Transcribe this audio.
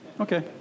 Okay